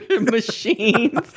machines